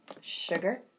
Sugar